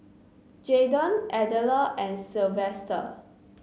Jaeden Adella and Silvester